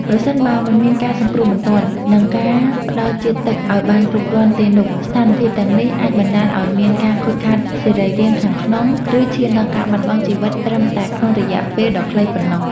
ប្រសិនបើមិនមានការសង្គ្រោះបន្ទាន់ និងការផ្ដល់ជាតិទឹកឱ្យបានគ្រប់គ្រាន់ទេនោះ ស្ថានភាពទាំងនេះអាចបណ្ដាលឱ្យមានការខូចខាតសរីរាង្គខាងក្នុង ឬឈានដល់ការបាត់បង់ជីវិតត្រឹមតែក្នុងរយៈពេលដ៏ខ្លីប៉ុណ្ណោះ។